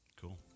Cool